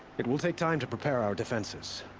it will take time to prepare our defenses.